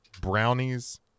brownies